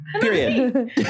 Period